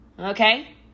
okay